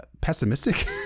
pessimistic